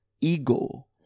ego